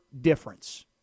difference